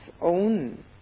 own